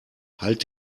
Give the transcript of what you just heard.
halt